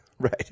Right